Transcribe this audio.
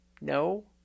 no